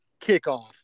kickoff